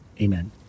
Amen